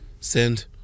send